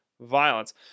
violence